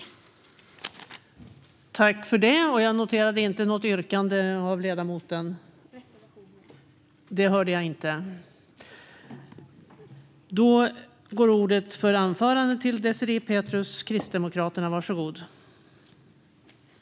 Reservationen.